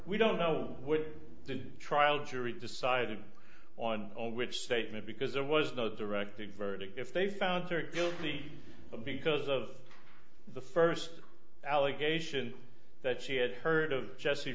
we don't know what the trial jury decided on which statement because there was no direct the verdict if they found her guilty because of the first allegation that she had heard of jesse